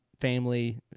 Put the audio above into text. family